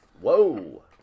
Whoa